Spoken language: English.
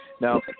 Now